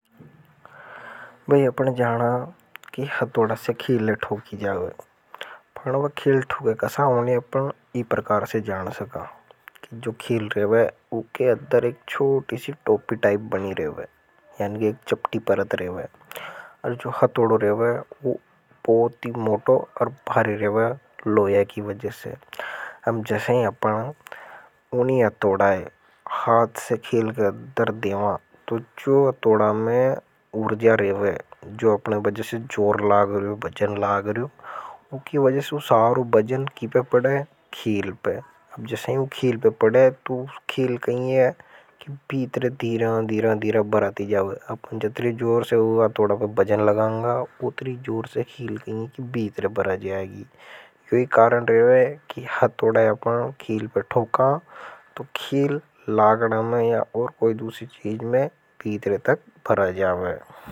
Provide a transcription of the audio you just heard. भई हम जाना कि हटोड़ा से खिल थोकी जावे। पर वह खिल धुके कसा उन्हें आपन इन प्रकार से जान सका। जो खिल रह वह उके अदर एक छोटी तॉपी टाइप बनी रह वह। यानि एक चप्टी परत रह वह। और जो हतोड़ों रहे हुए वह बहुत ही मोटों और भारी रहे हुए लोया की वजह से हम जैसे ही अपना उन्हीं। हतोड़ा है हाथ से खेल के दर्देवा तो जो हतोड़ा में उर्जा रेवे जो अपने वजह से जोर लाग रहे हुए बजन लाग। उनकी वजह से उस सारों बजन की पर पड़े खील पर अब जैसे उन खील पर पड़े तो खील कहीं है कि बीतर धीरां धीरां धीरां बराती जाओ। अपनी जोर से हुआ थोड़ा पर बजन लगांगा उत्तरी जोर से हील की बीतरे बढ़ा जाएगी यही कारण रहे है कि हथोड़ा। अपना खील पर ठोका तो खील लागड़ा में या और कोई दूसरी चीज में बीतरे तक भरा जावे।